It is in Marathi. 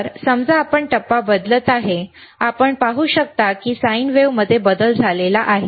तर समजा आपण टप्पा बदलत आहोत आपण पाहू शकता की साइन वेव्हमध्ये बदल झाला आहे